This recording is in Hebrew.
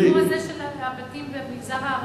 ובתים במגזר הערבי,